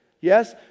Yes